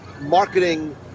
marketing